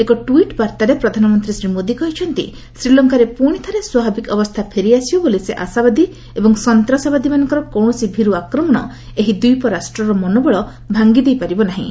ଏକ ଟ୍ୱିଟ୍ ବାର୍ଭାରେ ପ୍ରଧାନମନ୍ତ୍ରୀ ଶ୍ରୀ ମୋଦି କହିଛନ୍ତି ଶ୍ରୀଲଙ୍କାରେ ପ୍ରଶି ଥରେ ସ୍ୱାଭାବିକ ଅବସ୍ଥା ଫେରିଆସିବ ବୋଲି ସେ ଆଶାବାଦୀ ଏବଂ ସନ୍ତାସବାଦୀମାନଙ୍କର କୌଣସି ଭୀର୍ତ ଆକ୍ରମଣ ଏହି ଦ୍ୱୀପରାଷ୍ଟ୍ରର ମନୋବଳ ଭାଙ୍ଗି ଦେଇପାରିବ ନାହିଁ